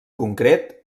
concret